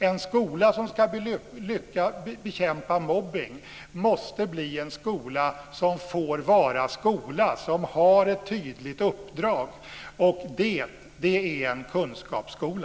En skola som ska lyckas bekämpa mobbning måste bli en skola som får vara skola och har ett tydligt uppdrag. Det är en kunskapsskola.